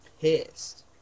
pissed